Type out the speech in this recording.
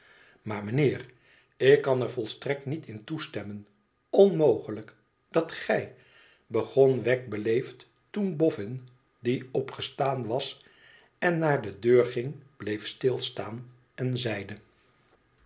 maar mijnheer ik kan er volstrekt niet in toestemmen onmogelijk dat gij begon wegg beleefd toen bof fin die opgestaan was en naar de deur ging bleef stilstaan en zeide